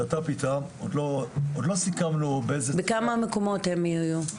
בכמה מקומות הם יהיו?